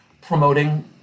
promoting